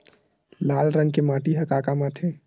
लाल रंग के माटी ह का काम आथे?